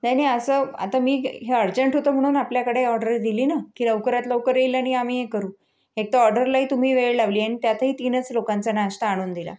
नाही नाही असं आता मी हे अर्जंट होतं म्हणून आपल्याकडे ऑर्डर दिली ना की लवकरात लवकर येईल आणि आम्ही करू एक तर ऑर्डरला ही तुम्ही वेळ लावली आणि त्यातही तीनच लोकांचा नाश्ता आणून दिला